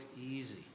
easy